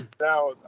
Now